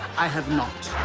i have not.